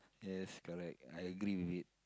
yes correct I agree with it